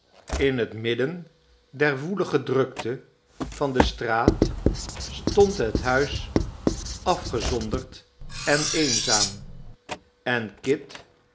in het midden der woelige drukte van de straat stond het huis afgezonderd en eenzaam en